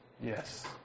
Yes